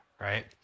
right